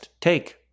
take